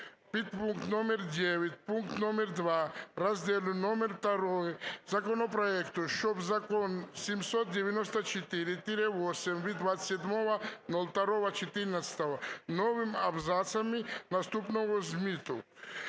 підпункт номер 9 пункт номер 2 розділу номер ІІ законопроекту, щоб Закон 794-VIII від 27.02.14 новими абзацами наступного змісту: